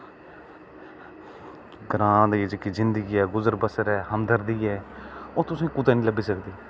ग्रांऽ दी जेह्की जिंदगी ऐ गुजर बसर ऐ हमदर्दी ऐ ओह् तुसेंगी कुदै निं लब्भी सकदी